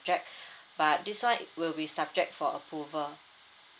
but this one it will be subject for approval